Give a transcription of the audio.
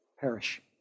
Perish